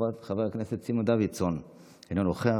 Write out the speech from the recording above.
חבר הכנסת סימון דוידסון, אינו נוכח,